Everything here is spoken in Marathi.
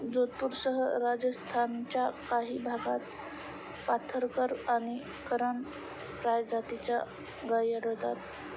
जोधपूरसह राजस्थानच्या काही भागात थापरकर आणि करण फ्राय जातीच्या गायी आढळतात